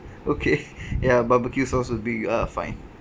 okay ya barbeque sauce would be uh fine